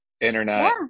internet